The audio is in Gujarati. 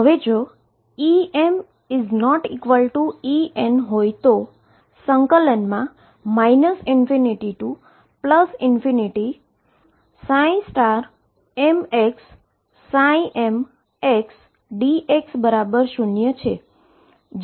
જો EmEn હોય તો ∞mx mxdx0 છે જે આપણે સાબિત કરી શકીએ છીએ